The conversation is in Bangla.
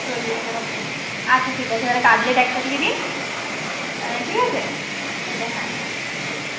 চল্লিশ টাকা প্লেট আচ্ছা ঠিক আছে তাহলে কাটলেট একটা দিয়ে দিন ঠিক আছে এটাই হ্যাঁ হ্যাঁ ঠিক আছে